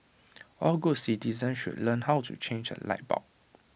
all good citizens should learn how to change A light bulb